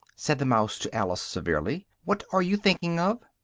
said the mouse to alice severely, what are you thinking of?